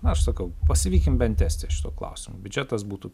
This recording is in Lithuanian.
aš sakau pasivykim bent estiją šituo klausimu biudžetas būtų